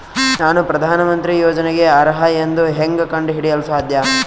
ನಾನು ಪ್ರಧಾನ ಮಂತ್ರಿ ಯೋಜನೆಗೆ ಅರ್ಹ ಎಂದು ಹೆಂಗ್ ಕಂಡ ಹಿಡಿಯಲು ಸಾಧ್ಯ?